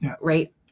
Right